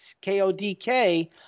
K-O-D-K